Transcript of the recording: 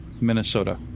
Minnesota